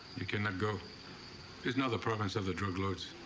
you cannot go. it is now the province of the drug lords.